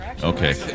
Okay